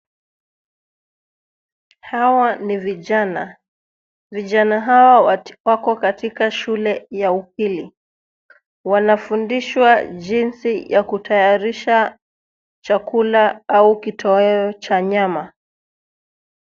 Hawa ni vijana. Vijana hawa wako katika shule ya upili. Wanafundishwa jinsi ya kutayarisha chakula au kitoweo cha nyama.